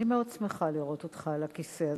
אני מאוד שמחה לראות אותך על הכיסא הזה.